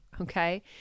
okay